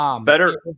better